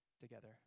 together